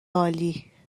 عالی